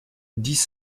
dix